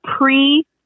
Pre